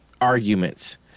arguments